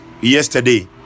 yesterday